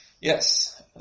Yes